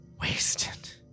wasted